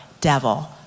devil